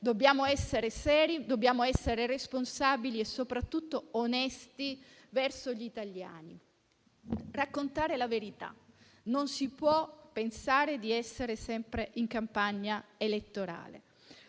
dobbiamo essere seri, responsabili e soprattutto onesti verso gli italiani, raccontando la verità. Non si può pensare di essere sempre in campagna elettorale: